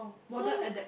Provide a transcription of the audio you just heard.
so